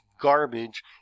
garbage